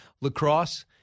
lacrosse